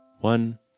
One